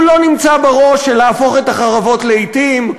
הוא לא נמצא בראש של להפוך את החרבות לאתים.